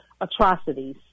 atrocities